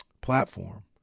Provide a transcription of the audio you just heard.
platform